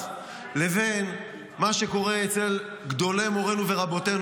לבין מה שקורה אצל גדולי מורנו ורבותינו.